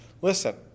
listen